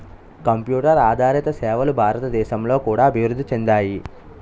computer ఆదారిత సేవలు భారతదేశంలో కూడా అభివృద్ధి చెందాయి